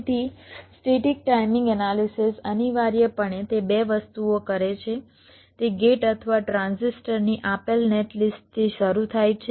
તેથી static timing analysis અનિવાર્યપણે તે 2 વસ્તુઓ કરે છે તે ગેટ અથવા ટ્રાન્ઝિસ્ટરની આપેલ નેટલિસ્ટથી શરૂ થાય છે